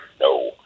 No